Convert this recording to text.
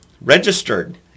registered